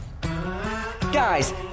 Guys